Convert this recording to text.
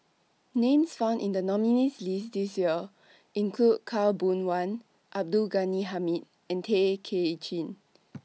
Names found in The nominees' list This Year include Khaw Boon Wan Abdul Ghani Hamid and Tay Kay Chin